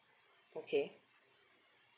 okay